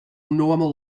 normal